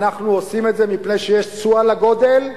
אנחנו עושים את זה מפני שיש תשואה לגודל וה"בלבתים"